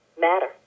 matter